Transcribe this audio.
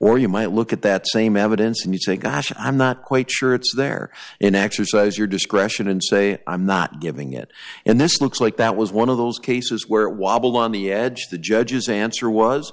or you might look at that same evidence and you say gosh i'm not quite sure it's there in exercise your discretion and say i'm not giving it and this looks like that was one of those cases where wobbled on the edge the judge's answer was